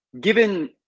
given